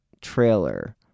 trailer